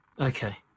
Okay